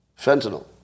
Fentanyl